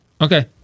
Okay